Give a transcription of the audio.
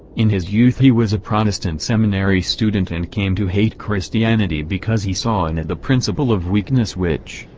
in his youth he was a protestant seminary student and came to hate christianity because he saw in it the principle of weakness which,